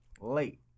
late